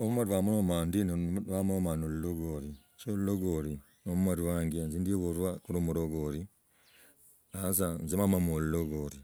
Wamulama ndi ne wamomaa na lulogoi shikila ibgzi ne mmoi wanje inzi ndibulwa khulwa mutagoli sasa ise nzomanga lulogori.